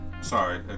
Sorry